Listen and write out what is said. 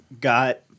got